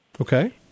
Okay